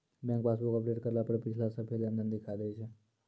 bank passbook update करला पर पिछला सभ्भे लेनदेन दिखा दैय छै